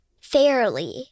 fairly